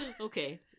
Okay